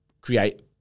create